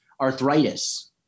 arthritis